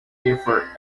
differ